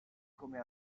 come